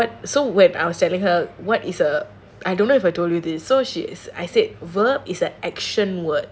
then she's like what so when I was telling her what is a I don't know if I told you this verb is an action word